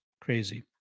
Crazy